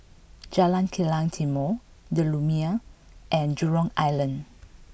Jalan Kilang Timor the Lumiere and Jurong Island